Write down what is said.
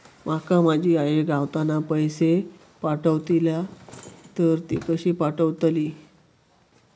माका माझी आई गावातना पैसे पाठवतीला तर ती कशी पाठवतली?